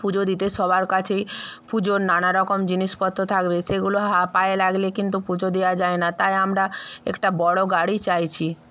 পুজো দিতে সবার কাছে পুজোর নানা রকম জিনিসপত্র থাকবে সেগুলো হা পায়ে লাগলে কিন্তু পুজো দেওয়া যায় না তাই আমরা একটা বড়ো গাড়ি চাইছি